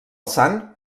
sant